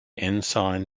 ensign